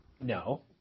No